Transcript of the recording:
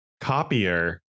copier